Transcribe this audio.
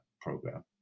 program